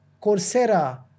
Coursera